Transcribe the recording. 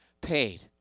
paid